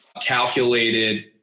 calculated